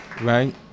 right